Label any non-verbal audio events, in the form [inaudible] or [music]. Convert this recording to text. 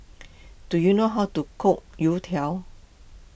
[noise] do you know how to cook Youtiao